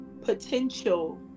potential